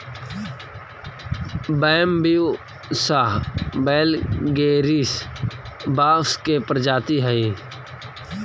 Bambusa वैलगेरिस बाँस के प्रजाति हइ